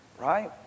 right